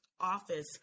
office